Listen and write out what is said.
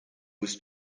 was